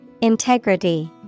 Integrity